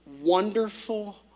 wonderful